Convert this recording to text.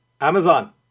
Amazon